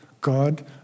God